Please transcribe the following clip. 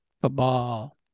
Football